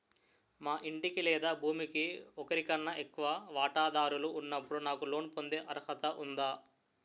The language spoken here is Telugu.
మా ఇంటికి లేదా భూమికి ఒకరికన్నా ఎక్కువ వాటాదారులు ఉన్నప్పుడు నాకు లోన్ పొందే అర్హత ఉందా?